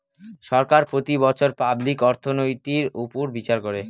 সরকার প্রতি বছর পাবলিক অর্থনৈতির উপর বিচার করে